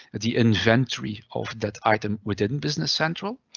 the inventory of that item within business central.